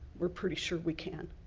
we're pretty sure we can.